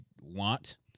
want